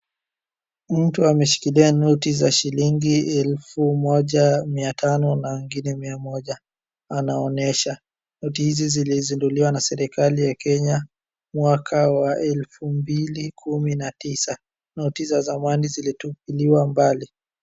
Mtu ameshikilia noti za shilingi elfu moja, mia tano na ingine mia moja anaonyesha. Noti hizi zilizinduliwa na serikali ya Kenya mwaka wa elfu mbili kumi na tisa. Noti za zamani zilitupiliwa mbali.